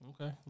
Okay